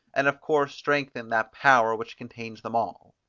and of course strengthen that power which contains them all.